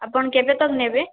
ଆପଣ କେବେ ତକ୍ ନେବେ